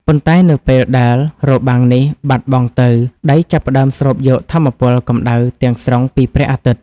ប៉ុន្តែនៅពេលដែលរបាំងនេះបាត់បង់ទៅ ដីចាប់ផ្តើមស្រូបយកថាមពលកម្ដៅទាំងស្រុងពីព្រះអាទិត្យ។